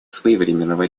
своевременного